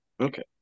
Okay